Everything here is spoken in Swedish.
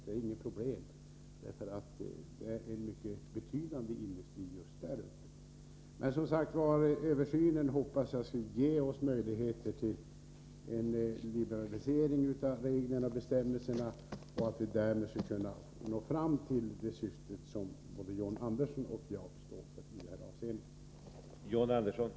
Det är inget problem, därför att det rör sig om en mycket betydande industri där uppe. Men jag hoppas som sagt att översynen skall ge oss möjligheter till en liberalisering av bestämmelserna för Norrlands vidkommande, så att vi därmed når det syfte som både John Andersson och jag vill tala för i det här avseendet.